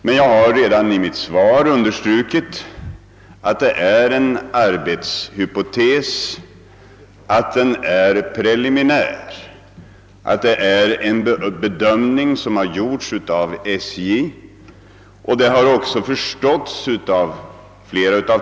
Men jag har redan i mitt svar understrukit, att det är en ren arbetshypotes, att den är preliminär och att det endast är en bedömning som gjorts av SJ. Detta har också flera av dagens talare förstått.